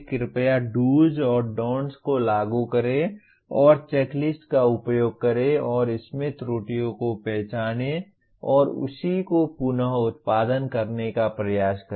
कृपया dos और don'ts को लागू करें और चेकलिस्ट का उपयोग करें और इसमें त्रुटियों को पहचानने और उसी को पुन उत्पन्न करने का प्रयास करें